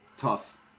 Tough